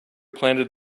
planted